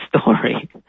story